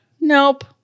Nope